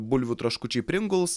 bulvių traškučiai pringuls